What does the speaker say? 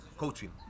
Coaching